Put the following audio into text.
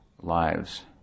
lives